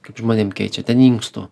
kaip žmonėm keičia ten inkstų